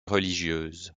religieuse